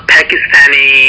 Pakistani